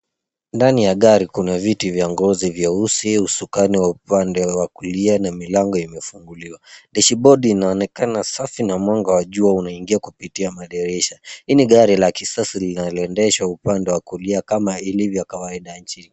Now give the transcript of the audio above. Ndani ya gari, kuna viti vya ngozi nyeusi, usukani wa upande wa kulia na milango imefunguliwa. Dashibodi inaonekana safi na mwanga wa jua unaingia kupitia madirisha. Hii ni gari la kisasa linaloendeshwa upande wa kulia kama ilivyo kawaida nchini.